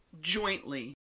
jointly